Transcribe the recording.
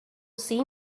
see